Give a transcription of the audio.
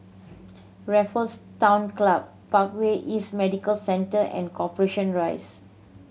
Raffles Town Club Parkway East Medical Centre and Corporation Rise